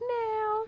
now